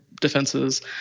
defenses